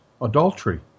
adultery